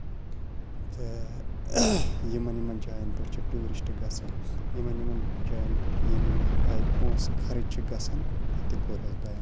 تہٕ یِمن یِمن جاین پٮ۪ٹھ چھِ ٹیوٗرِسٹ گژھان یِمن یِمن جاین پٮ۪ٹھ یِم یِم آیہِ پونٛسہٕ خرٕچ چھِ گژھان تہٕ تہِ کوٚر اَسہِ بیان